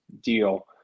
deal